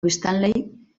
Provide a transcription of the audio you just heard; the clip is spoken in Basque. biztanleei